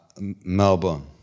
Melbourne